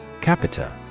Capita